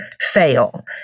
fail